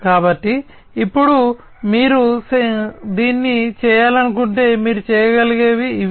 కాబట్టి ఇప్పుడు మీరు దీన్ని చేయాలనుకుంటే మీరు చేయగలిగేవి ఇవి